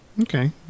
Okay